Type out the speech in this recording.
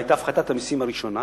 כשהיתה הפחתת המסים הראשונה,